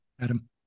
Adam